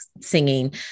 singing